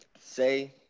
say